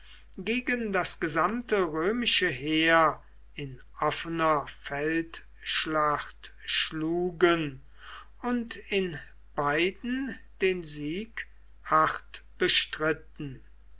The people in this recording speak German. gegen das gesamte römische heer in offener feldschlacht schlugen und in beiden den sieg hart bestritten